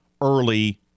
early